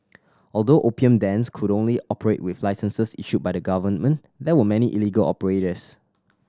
although opium dens could only operate with licenses issued by the government there were many illegal operators